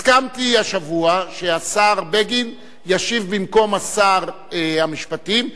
הסכמתי השבוע שהשר בגין ישיב במקום שר המשפטים,